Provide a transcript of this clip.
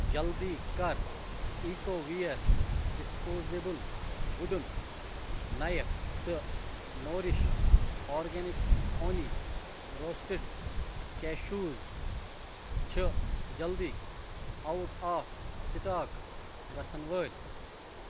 جلدی کر Ecoware disposable wooden knife تہٕ Nourish Organics honey roasted cashews چھِ جلدی اَوٹ آف سِٹاک گژھان وٲلۍ